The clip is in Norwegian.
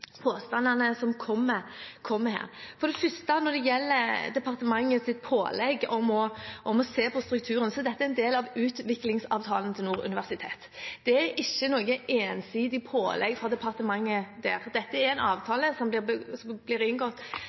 påstandene som kommer her. For det første: Når det gjelder departementets pålegg om å se på strukturen, så er dette en del av utviklingsavtalen til Nord universitet. Det er ikke noe ensidig pålegg fra departementet der; dette er en avtale som blir